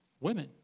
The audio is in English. Women